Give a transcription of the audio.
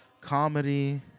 comedy